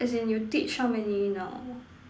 as in you teach how many now